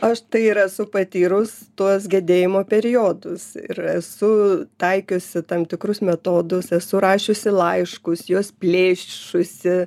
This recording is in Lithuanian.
aš tai ir esu patyrus tuos gedėjimo periodus ir esu taikiusi tam tikrus metodus esu rašiusi laiškus juos plėšusi